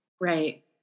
Right